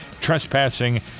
trespassing